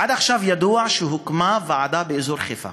עד עכשיו ידוע שהוקמה ועדה באזור חיפה,